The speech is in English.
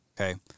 Okay